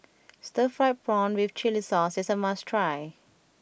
Stir Fried Prawn with Chili Sauce is a must try